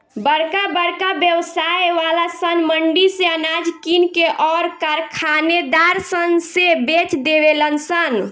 बरका बरका व्यवसाय वाला सन मंडी से अनाज किन के अउर कारखानेदार सन से बेच देवे लन सन